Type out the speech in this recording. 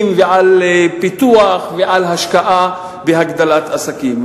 ועל פיתוח ועל השקעה בהגדלת עסקים.